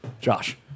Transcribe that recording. Josh